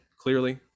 clearly